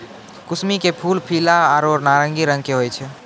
कुसमी के फूल पीला आरो नारंगी रंग के होय छै